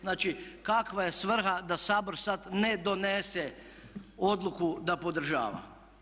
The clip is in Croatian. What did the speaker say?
Znači, kakva je svrha da Sabor sad ne donese odluku da podržava.